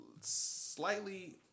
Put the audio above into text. slightly